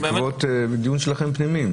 בעקבות הדיונים שלכם, פנימיים?